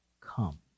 come